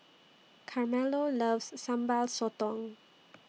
Carmelo loves Sambal Sotong